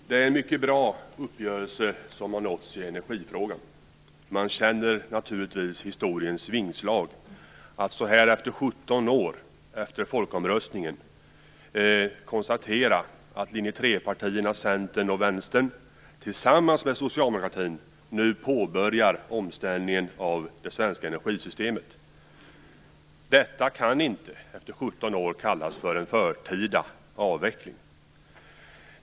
Fru talman! Det är en mycket bra uppgörelse som har nåtts i energifrågan. Man känner naturligtvis historiens vingslag när man så här 17 år efter folkomröstningen konstaterar att linje 3-partierna Centern och Vänsterpartiet tillsammans med socialdemokratin nu påbörjar omställningen av det svenska energisystemet. Detta kan inte, efter 17 år, kallas för en förtida avveckling. Fru talman!